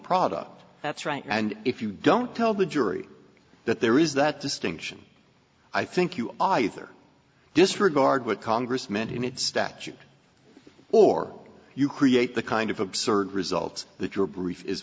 product that's right and if you don't tell the jury that there is that distinction i think you either disregard what congress meant in it statute or you create the kind of absurd result